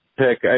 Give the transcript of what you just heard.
pick